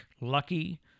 Lucky